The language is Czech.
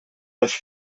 lež